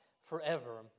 forever